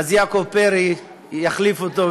אז יעקב פרי יחליף אותו,